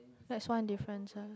that's one difference